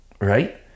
right